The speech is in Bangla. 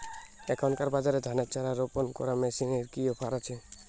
এখনকার বাজারে ধানের চারা রোপন করা মেশিনের কি অফার আছে?